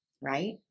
Right